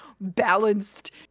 balanced